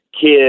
kid